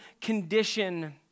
condition